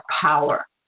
power